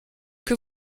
que